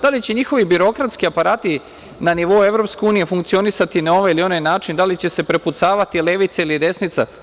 Da li će njihovi birokratski aparati na nivou EU funkcionisati na ovaj ili onaj način, da li će se prepucavati levica ili desnica?